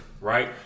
right